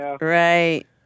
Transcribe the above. Right